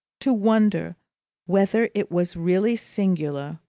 to wonder whether it was really singular,